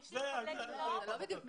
לא,